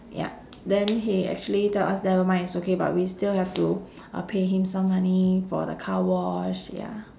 ya then he actually tell us never mind it's okay but we still have to uh pay him some money for the car wash ya